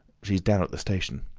she's down at the station.